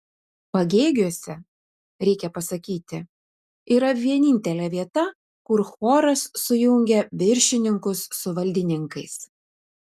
pagėgiuose reikia pasakyti yra vienintelė vieta kur choras sujungia viršininkus su valdininkais